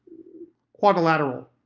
quadrilateral,